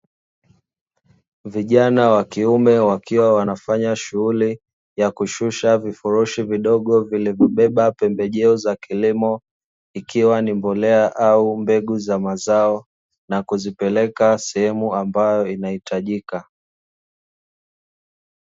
Vijana wa kiume wakiwa wanafanya shughuli ya kushusha vifurushi vidogo vilivyobeba pembejeo za kilimo, ikiwa ni mbolea au mbegu za mazao, na kuzipeleka sehemu ambayo inaitajika.